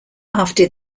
after